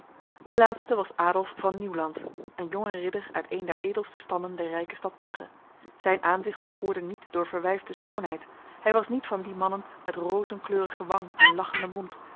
de laatste was adolf van nieuwland een jonge ridder uit een der edelste stammen der rijke stad brugge zijn aanzicht bekoorde niet door verwijfde schoonheid hij was niet van die mannen met rozen kleurige wang en lachende mond